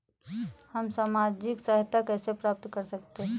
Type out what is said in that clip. हम सामाजिक सहायता कैसे प्राप्त कर सकते हैं?